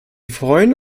freuen